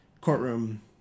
courtroom